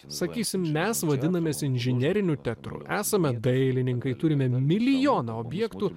sakysim mes vadinamės inžineriniu teatru esame dailininkai turime milijoną objektų